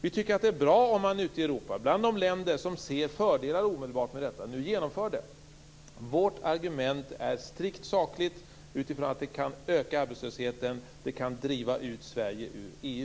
Vi tycker att det är bra om man ute i Europa, bland de länder som omedelbart ser fördelar med detta, genomför det. Vårt argument är strikt sakligt utifrån att det kan öka arbetslösheten och driva ut Sverige ur EU.